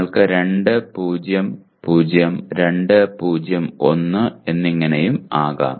നിങ്ങൾക്ക് 2 0 0 2 0 1 ആകാം